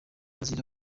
azira